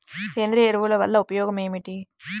సేంద్రీయ ఎరువుల వల్ల ఉపయోగమేమిటీ?